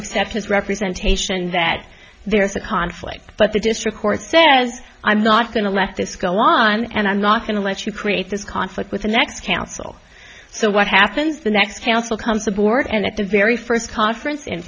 accept his representation that there's a conflict but the district court says i'm not going to let this go on and i'm not going to let you create this conflict with the next council so what happens the next council comes aboard and at the very first conference in